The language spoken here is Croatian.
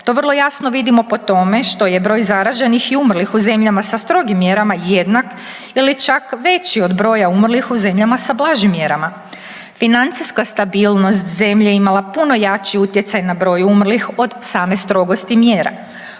To vrlo jasno vidimo po tome što je broj zaraženih i umrlih u zemljama sa strogim mjerama jednak ili čak veći od broja umrlih u zemljama sa blažim mjerama. Financijska stabilnost zemlje je imala puno jači utjecaj na broj umrlih od same strogosti mjera.